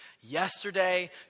yesterday